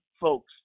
folks